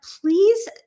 please